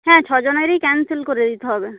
হ্যাঁ ছ জনেরই ক্যানসেল করে দিতে হবে